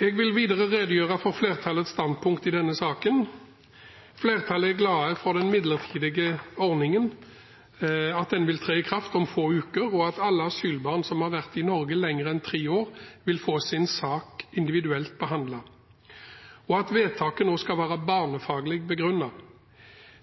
Jeg vil videre redegjøre for flertallets standpunkt i denne saken. Flertallet er glad for at den midlertidige ordningen vil tre i kraft om få uker, og at alle asylbarn som har vært i Norge lenger enn tre år, vil få sin sak individuelt behandlet, og at vedtaket nå skal være barnefaglig begrunnet.